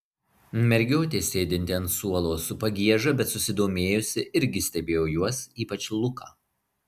mergiotė sėdinti ant suolo su pagieža bet susidomėjusi irgi stebėjo juos ypač luką